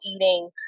eating